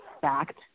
fact